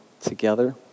together